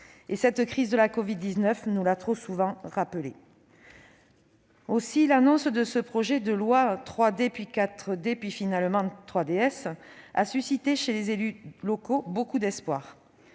Cette crise de la covid-19 nous l'a trop souvent rappelé. Aussi, l'annonce de ce projet de loi 3D, puis 4D, puis finalement 3DS, a suscité chez les élus locaux beaucoup d'espoir,